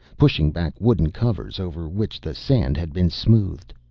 pushing back wooden covers over which the sand had been smoothed.